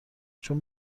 چون